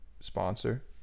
sponsor